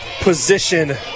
position